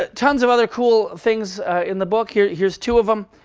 ah tons of other cool things in the book. here's here's two of them.